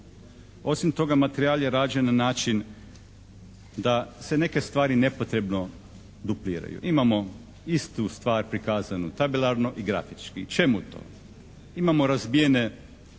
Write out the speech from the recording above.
Osim toga materijal je rađen na način da se neke stvari nepotrebno dupliraju. Imamo istu stvar prikazanu tabelarno i grafički. Čemu to? Imamo razbijene